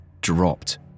dropped